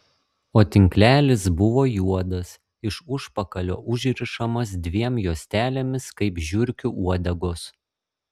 o tinklelis buvo juodas iš užpakalio užrišamas dviem juostelėmis kaip žiurkių uodegos